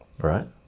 right